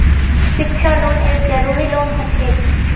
शिक्षा लोन एक जरूरी लोन हछेक